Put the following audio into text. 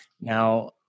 Now